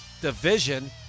division